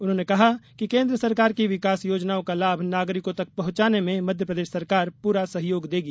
उन्होंने कहा कि केन्द्र सरकार की विकास योजनाओं का लाभ नागरिकों तक पहुँचाने में मध्यप्रदेश सरकार पूरा सहयोग देगी